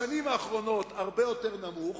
בשנים האחרונות, הרבה יותר נמוך,